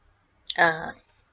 uh